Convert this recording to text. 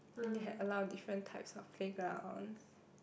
and they had a lot of different types of playgrounds